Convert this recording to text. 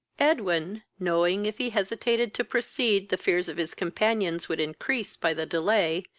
edwin, knowing, if he hesitated to proceed, the fears of his companions would increase by the delay,